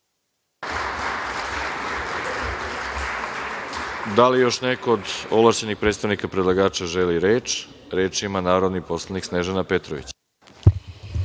Da li još neko od ovlašćenih predstavnika predlagača želi reč? Reč ima narodna poslanica Snežana Petrović.